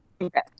Okay